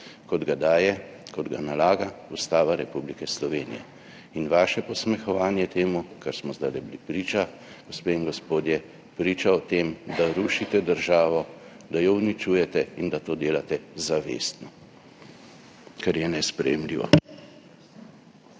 kot ga daje, kot ga nalaga Ustava Republike Slovenije. Vaše posmehovanje temu, čemur smo zdajle bili priča, gospe in gospodje, priča o tem, da rušite državo, da jo uničujete in da to delate zavestno, kar je nesprejemljivo.